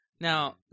Now